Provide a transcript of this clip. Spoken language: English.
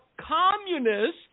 communists